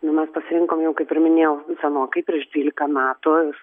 nu mes pasirinkom jau kaip ir minėjau senokai prieš dvylika metų ir